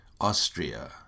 Austria